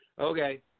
Okay